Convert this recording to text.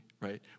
right